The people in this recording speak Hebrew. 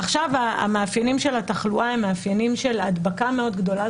עכשיו המאפיינים של התחלואה הם מאפיינים של הדבקה מאוד גדולה.